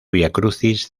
viacrucis